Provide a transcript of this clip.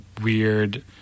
weird